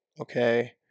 okay